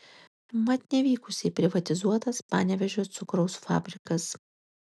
mat nevykusiai privatizuotas panevėžio cukraus fabrikas